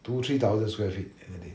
two three thousand square feet